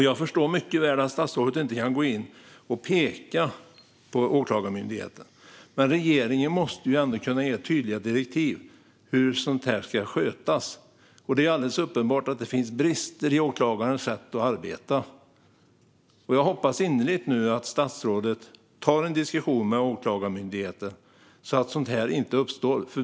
Jag förstår mycket väl att statsrådet inte kan gå in och peka på Åklagarmyndigheten, men regeringen måste ändå kunna ge tydliga direktiv om hur sådant här ska skötas. Det är alldeles uppenbart att det finns brister i åklagarnas sätt att arbeta. Jag hoppas innerligt att statsrådet nu tar en diskussion med Åklagarmyndigheten så att sådant här inte uppstår.